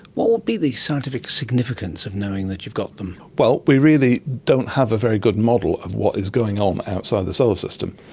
what would be the scientific significance of knowing that you've got them? well, we really don't have a very good model of what is going on outside the solar system.